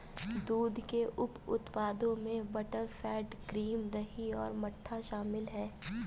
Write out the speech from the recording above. दूध के उप उत्पादों में बटरफैट, क्रीम, दही और मट्ठा शामिल हैं